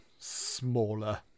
smaller